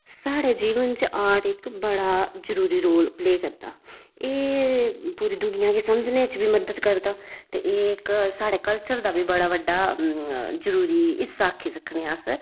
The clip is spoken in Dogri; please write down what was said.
साढ़े जीवन बिच्च आर्ट इक जरूरी रोल प्ले करदा एह् पूरी दुनियां च बी समझने च बी मदद करदा ते एह् इक साढ़े कल्चर दा बी बड़ा बड्डा जरूरी हिस्सा आक्खी सकने अस